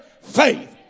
faith